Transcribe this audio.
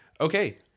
Okay